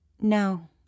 No